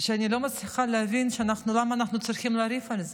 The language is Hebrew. שאני לא מצליחה להבין למה אנחנו צריכים לריב על זה.